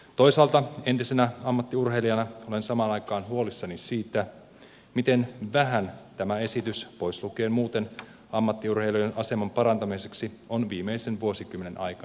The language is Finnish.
toisaalta entisenä ammattiurheilijana olen samaan aikaan huolissani siitä miten vähän tämä esitys pois lukien muuten ammattiurheilijoiden aseman parantamiseksi on viimeisen vuosikymmenen aikana tehty